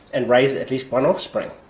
and raise at least one offspring.